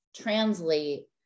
translate